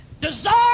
desire